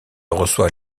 reçoit